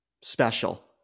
special